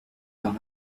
par